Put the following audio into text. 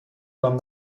man